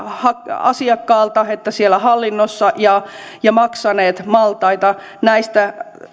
asiakkaalta että hallinnossa ja ja maksaneet maltaita